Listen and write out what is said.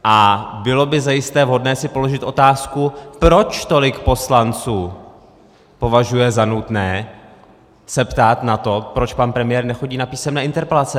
A bylo by zajisté vhodné si položit otázku, proč tolik poslanců považuje za nutné se ptát na to, proč pan premiér nechodí na písemné interpelace.